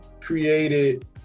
created